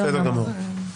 בסדר גמור.